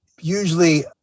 usually